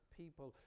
people